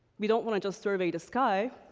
we don't wanna just survey the sky,